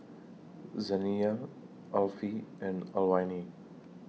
Zaniyah Alfie and Alwine